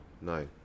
No